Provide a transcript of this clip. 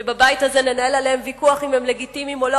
שבבית הזה ננהל עליהם ויכוח אם הם לגיטימיים או לא,